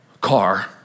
car